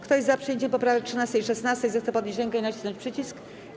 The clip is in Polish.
Kto jest za przyjęciem poprawek 13. i 16., zechce podnieść rękę i nacisnąć przycisk.